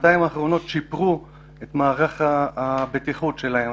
האחרונות הן שיפרו את מערך הבטיחות שלהן.